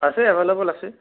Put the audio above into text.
আছে এভেইলেবল আছে